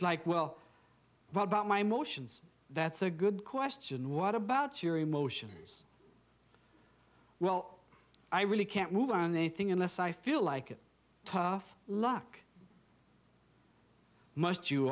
like well what about my motions that's a good question what about your emotions well i really can't move around a thing unless i feel like it tough luck must you